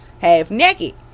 half-naked